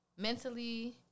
Mentally